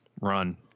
run